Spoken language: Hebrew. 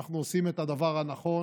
אנחנו עושים את הדבר הנכון